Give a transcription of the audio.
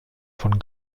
von